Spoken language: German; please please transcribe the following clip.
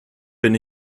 bin